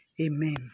Amen